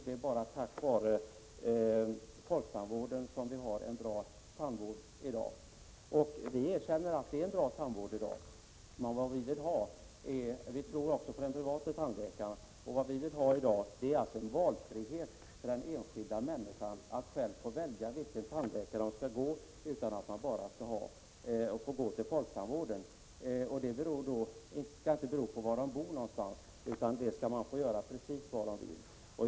Det är bara tack vare folktandvården som vi har en bra tandvård i dag. Vi erkänner att det finns en bra tandvård i dag. Vi tror emellertid också på de privata tandläkarna, och vi vill i dag ha en valfrihet för den enskilda människan. Den enskilda människan skall själv få välja vilken tandläkare hon skall gå till, och inte bara ha folktandvården att gå till. Det skall inte heller bero på var man bor någonstans. Det skall man få göra precis var man vill.